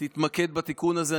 תתמקד בתיקון הזה.